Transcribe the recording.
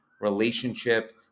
relationship